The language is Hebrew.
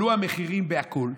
עלו המחירים בהכול,